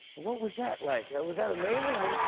what was that like? was that amazing?